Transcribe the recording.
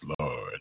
Lord